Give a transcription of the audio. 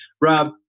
Rob